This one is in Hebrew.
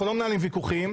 אנחנו לא מנהלים ויכוחים.